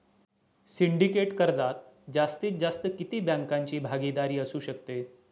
Syndicate कर्जात जास्तीत जास्त किती बँकांची भागीदारी असू शकते?